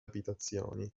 abitazioni